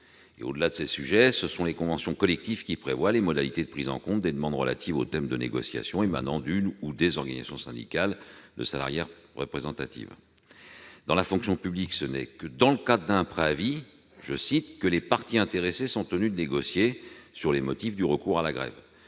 Au-delà de ces sujets, ce sont les conventions collectives qui prévoient les modalités de prise en compte des demandes relatives aux thèmes de négociation émanant d'une ou des organisations syndicales de salariés représentatives. Dans la fonction publique, c'est seulement dans le cas d'un préavis que les parties intéressées « sont tenues de négocier sur les motifs du recours à la grève